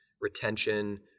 retention